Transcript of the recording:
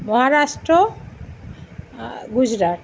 Maharashtra Gujarat